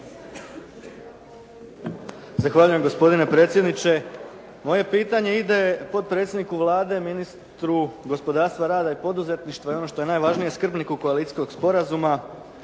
Zahvaljujem gospodine predsjedniče. Moje pitanje ide potpredsjedniku Vlade ministru gospodarstva, rada i poduzetništva i ono što je najvažnije skrbniku koalicijskog sporazuma